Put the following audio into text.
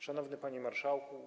Szanowny Panie Marszałku!